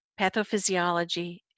pathophysiology